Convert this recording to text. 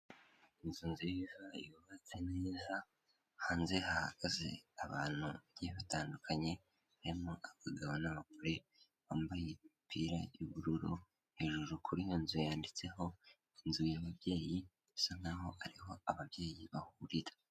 Inzu nziza yubatswe neza, hanze hahagaze abantu bagiye batandukanye, barimo abagabo n'abagore bambaye imipira y'ubururu, hejuru kuri iyo nzu yanditseho inzu y'ababyeyi, bisa nkaho ariho ababyeyi bahurira.